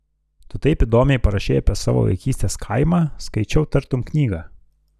tu taip įdomiai parašei apie savo vaikystės kaimą skaičiau tartum knygą